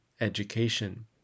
education